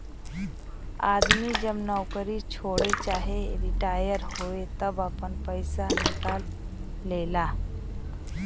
आदमी जब नउकरी छोड़े चाहे रिटाअर होए तब आपन पइसा निकाल लेला